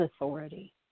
authority